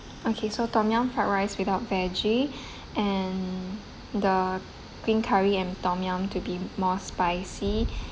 okay so tom yum fried rice without veggie and the green curry and tom yum to be more spicy